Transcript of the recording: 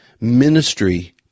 Ministry